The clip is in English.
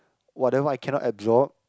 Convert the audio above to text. whatever I cannot absorb